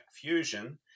fusion